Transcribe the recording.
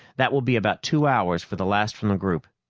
that will be about two hours for the last from the group,